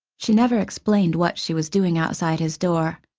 she never explained what she was doing outside his door,